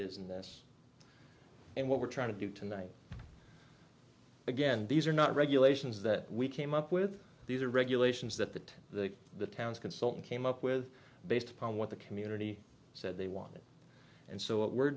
us and what we're trying to do tonight again these are not regulations that we came up with these are regulations that the the the town's consultant came up with based upon what the community said they wanted and so w